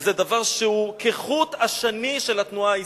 וזה דבר שהוא כחוט השני של התנועה האסלאמית,